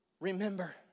Remember